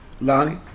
Lonnie